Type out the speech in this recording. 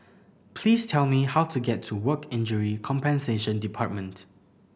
please tell me how to get to Work Injury Compensation Department